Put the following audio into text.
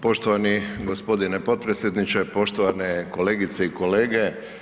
Poštovani g. potpredsjedniče, poštovane kolegice i kolege.